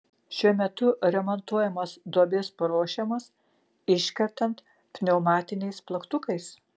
šiuo metu remontuojamos duobės paruošiamos iškertant pneumatiniais plaktukais